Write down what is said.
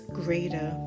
greater